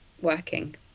working